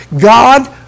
God